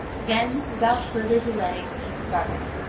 then, without further delay, he starts.